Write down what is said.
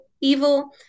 evil